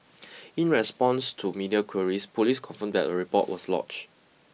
in response to media queries police confirmed that a report was lodge